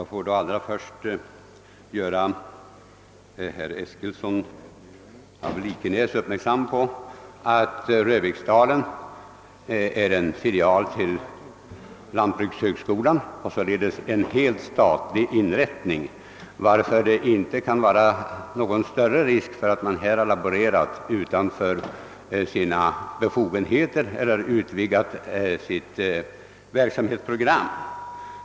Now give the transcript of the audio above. Herr talman! Först vill jag göra herr Eskilsson uppmärksam på att Röbäcksdalen är en filial till lantbrukshögskolan och alltså en statlig inrättning. Det finns därför ingen anledning ifrågasätta att man där har laborerat utanför sina befogenheter och saboterat sitt verksamhetsprogram.